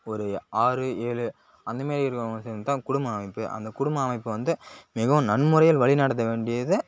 ஒரு ஆறு ஏழு அந்த மாதிரி இருக்கிறவங்கள சேர்ந்து தான் குடும்ப அமைப்பு அந்த குடும்ப அமைப்பு வந்து மிகவும் நன்முறையில் வழிநடத்த வேண்டியது